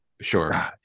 sure